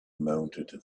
mounted